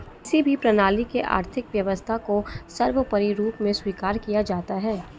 किसी भी प्रणाली में आर्थिक व्यवस्था को सर्वोपरी रूप में स्वीकार किया जाता है